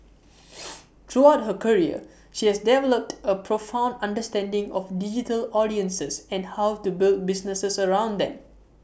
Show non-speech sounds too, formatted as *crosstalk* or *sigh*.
*noise* throughout her career she has developed A profound understanding of digital audiences and how to build businesses around them